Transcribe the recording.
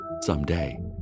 someday